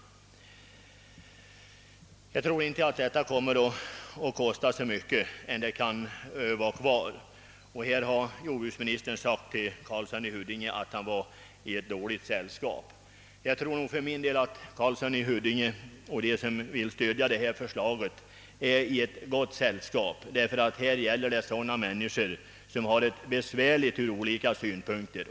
Jag tror inte att detta skulle kosta så mycket. Jordbruksministern sade till herr Karlsson i Huddinge att han var i dåligt sällskap, men för min del tror jag att herr Karlsson och de som vill stödja förslaget är i gott sällskap, ty här gäller det människor som på olika sätt har det besvärligt.